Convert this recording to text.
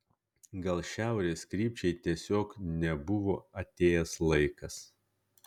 gal šiaurės krypčiai tiesiog nebuvo atėjęs laikas